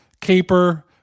caper